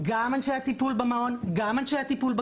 גם אנשי הטיפול במעון,